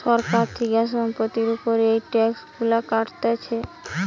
সরকার থিকে সম্পত্তির উপর এই ট্যাক্স গুলো কাটছে